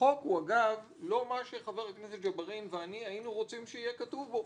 החוק הוא לא מה שחבר הכנסת ג'בארין ואני היינו רוצים שיהיה כתוב בו.